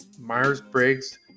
myers-briggs